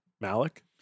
Malik